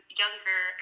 younger